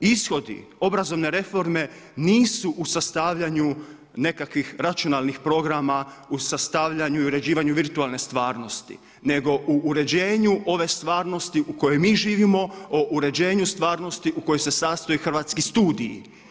Ishodi obrazovne reforme nisu u sastavljanju nekakvih računalnih programa u sastavljanju i uređivanju virtualne stvarnosti, nego u uređenju ove stvarnosti u kojoj mi živimo, o uređenju stvarnosti u kojoj se sastoje hrvatski studiji.